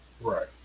right